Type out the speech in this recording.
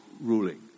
ruling